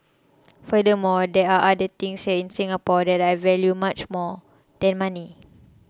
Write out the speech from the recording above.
furthermore there are other things in Singapore that I value much more than money